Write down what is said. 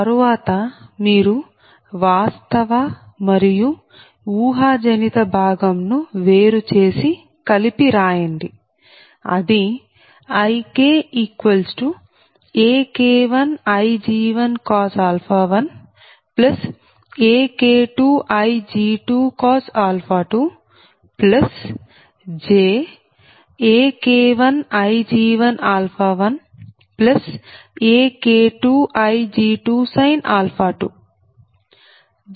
తరువాత మీరు వాస్తవ మరియు ఊహాజనిత భాగం ను వేరు చేసి కలిపి రాయండి అదిIKAK1Ig11 AK2Ig22 jAK1Ig11 AK2Ig22